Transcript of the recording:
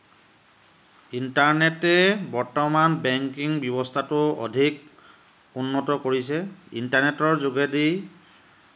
ইণ্টাৰনেটে বৰ্তমান বেংকিং ব্যৱস্থাটো অধিক উন্নত কৰিছে ইণ্টাৰনেটৰ যোগেদি